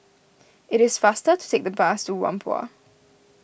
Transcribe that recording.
it is faster to take the bus to Whampoa